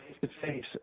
face-to-face